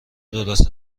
درست